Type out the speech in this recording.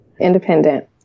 Independent